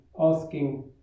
asking